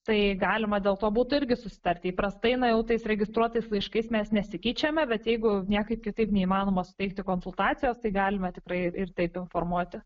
tai galima dėl to būtų irgi susitarti įprastai na jau tais registruotais laiškais mes nesikeičiame bet jeigu niekaip kitaip neįmanoma suteikti konsultacijos tai galime tikrai ir taip informuoti